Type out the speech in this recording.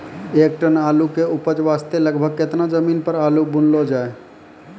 एक टन आलू के उपज वास्ते लगभग केतना जमीन पर आलू बुनलो जाय?